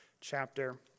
chapter